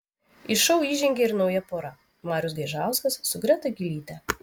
į šou įžengė ir nauja pora marius gaižauskas su greta gylyte